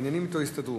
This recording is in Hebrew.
העניינים אתו הסתדרו.